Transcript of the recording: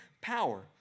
power